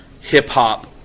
hip-hop